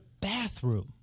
bathroom